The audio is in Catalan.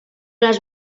les